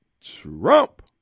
Trump